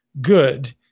good